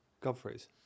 Godfrey's